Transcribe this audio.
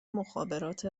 مخابرات